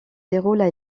déroulent